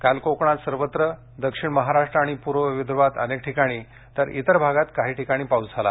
काल कोकणात सर्वत्र दक्षिण महाराष्ट्र आणि पूर्व विदर्भात अनेक ठिकाणी आणि इतर भागात काही ठिकाणी पाऊस झाला